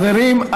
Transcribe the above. חברים,